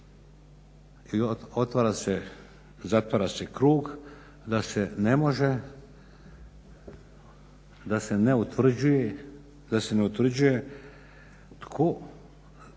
i otvara se, zatvara se krug da se ne može, da se ne utvrđuje tko daje podatke o